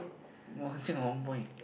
!wah! here got one point